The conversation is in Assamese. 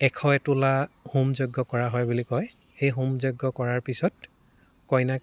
এশ এতোলা হোম যজ্ঞ কৰা হয় বুলি কয় সেই হোম যজ্ঞ কৰাৰ পিছত কইনাক